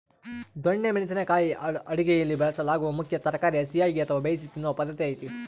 ದೊಣ್ಣೆ ಮೆಣಸಿನ ಕಾಯಿ ಅಡುಗೆಯಲ್ಲಿ ಬಳಸಲಾಗುವ ಮುಖ್ಯ ತರಕಾರಿ ಹಸಿಯಾಗಿ ಅಥವಾ ಬೇಯಿಸಿ ತಿನ್ನೂ ಪದ್ಧತಿ ಐತೆ